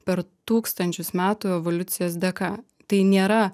per tūkstančius metų evoliucijos dėka tai nėra